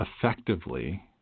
effectively